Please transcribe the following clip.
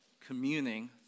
communing